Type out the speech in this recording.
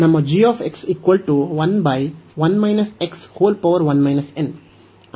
ನಮ್ಮ